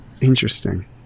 interesting